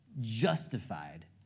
justified